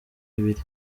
ibiri